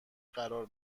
قرار